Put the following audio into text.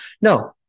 no